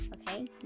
Okay